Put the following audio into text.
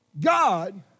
God